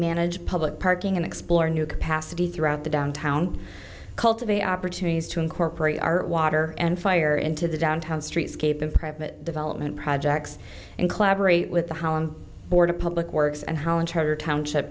manage public parking and explore new capacity throughout the downtown cultivate opportunities to incorporate our water and fire into the downtown streets cape and private development projects and collaborate with the holland board of public works and how entire township